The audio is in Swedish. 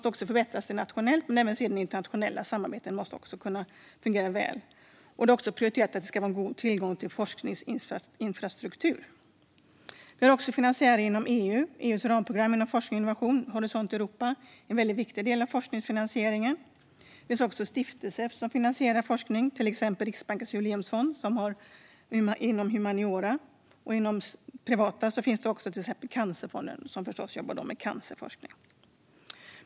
Nationella samarbeten ska förbättras, men också internationella samarbeten måste kunna fungera väl. Det är också prioriterat att det ska vara en god tillgång till forskningsinfrastruktur. Det finns också finansiärer inom EU. EU:s ramprogram för forskning och innovation, Horisont Europa, är en väldigt viktig del av forskningsfinansieringen. Det finns också stiftelser som finansierar forskning. Inom humaniora finns till exempel Riksbankens Jubileumsfond. Inom det privata finns till exempel Cancerfonden som arbetar för cancerforskning.